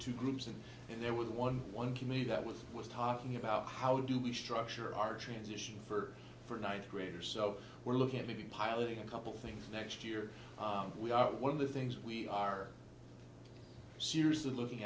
two groups and there was one one committee that with was talking about how do we structure our transition for for ninth graders so we're looking at maybe piloting a couple things next year we are one of the things we are seriously looking